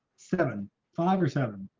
seven five or seven.